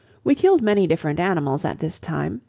we killed many different animals at this time,